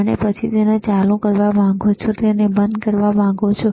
અને પછી તમે તેને ચાલુ કરવા માંગો છો કે તમે તેને બંધ કરવા માંગો છો